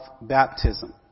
baptism